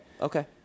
Okay